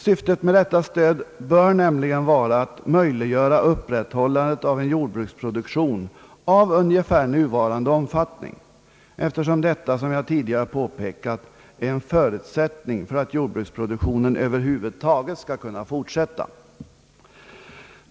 Syftet med detta stöd bör nämligen vara att möjliggöra upprätthållande av en jordbruksproduktion av ungefär nuvarande omfattning, eftersom detta — som jag tidigare påpekat — är en förutsättning för att jordbruksproduktionen över huvud taget skall kunna fortsätta.